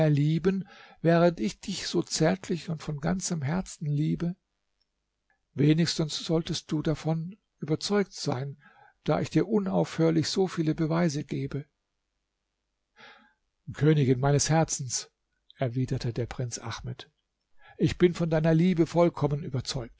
lieben während ich dich so zärtlich und von ganzem herzen liebe wenigstens solltest du davon überzeugt sein da ich dir unaufhörlich so viele beweise gebe königin meines herzens erwiderte der prinz ahmed ich bin von deiner liebe vollkommen überzeugt